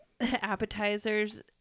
appetizers